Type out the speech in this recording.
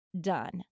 done